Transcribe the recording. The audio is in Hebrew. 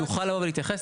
נוכל לבוא ולהתייחס.